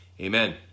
Amen